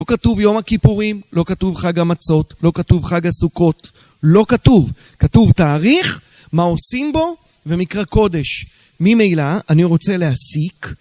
לא כתוב יום הכיפורים, לא כתוב חג המצות, לא כתוב חג הסוכות, לא כתוב, כתוב תאריך, מה עושים בו, ומקרא קודש, ממילא אני רוצה להסיק